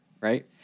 right